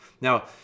Now